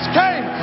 came